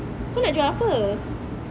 kau nak jual apa